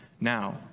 now